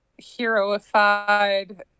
heroified